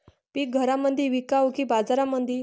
पीक घरामंदी विकावं की बाजारामंदी?